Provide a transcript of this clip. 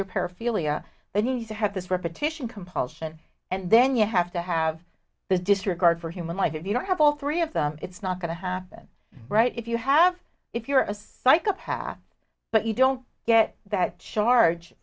you have this repetition compulsion and then you have to have the disregard for human life if you don't have all three of them it's not going to happen right if you have if you're a psychopath but you don't get that charge